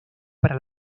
para